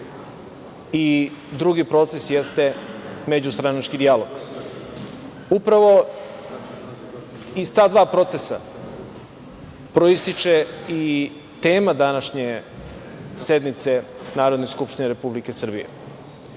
i drugi proces jeste međustranački dijalog. Upravo iz ta dva procesa proističe i tema današnje sednice Narodne skupštine Republike